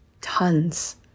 tons